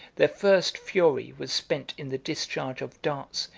their first fury was spent in the discharge of darts,